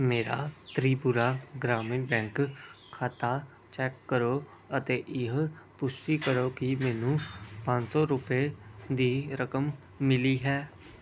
ਮੇਰਾ ਤ੍ਰਿਪੁਰਾ ਗ੍ਰਾਮੀਣ ਬੈਂਕ ਖਾਤਾ ਚੈੱਕ ਕਰੋ ਅਤੇ ਇਹ ਪੁਸ਼ਟੀ ਕਰੋ ਕਿ ਮੈਨੂੰ ਪੰਜ ਸੌ ਰੁਪਏ ਦੀ ਰਕਮ ਮਿਲੀ ਹੈ